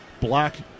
black